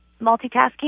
multitasking